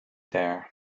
there